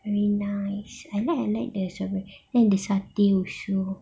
very nice I like I like the strawberry and the satay also